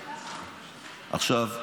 עכשיו,